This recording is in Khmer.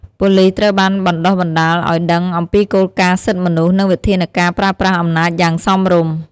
ប៉ូលីសត្រូវបានបណ្ដុះបណ្ដាលឱ្យដឹងអំពីគោលការណ៍សិទ្ធិមនុស្ស និងវិធានការប្រើប្រាស់អំណាចយ៉ាងសមរម្យ។